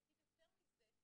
ואני אגיד יותר מזה,